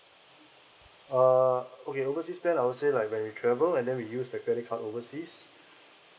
uh okay oversea spend I would say like when we travel and then we use the credit card overseas